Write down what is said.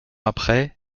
après